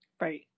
Right